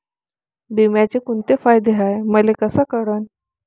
बिम्याचे कुंते फायदे हाय मले कस कळन?